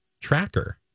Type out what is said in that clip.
Tracker